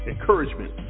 encouragement